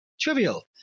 Trivial